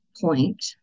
point